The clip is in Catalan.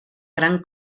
gran